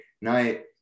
night